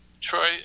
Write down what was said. Troy